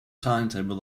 timetable